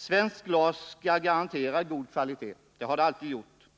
Svenskt glas skall garantera god kvalitet, ty det har det alltid gjort.